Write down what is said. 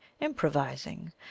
improvising